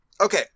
Okay